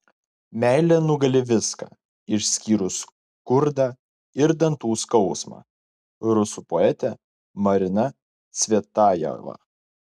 meilė nugali viską išskyrus skurdą ir dantų skausmą rusų poetė marina cvetajeva